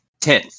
ten